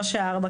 לא שעה 16:00,